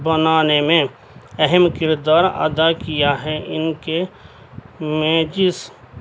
بنانے میں اہم کردار ادا کیا ہے ان کے میچز